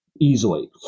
easily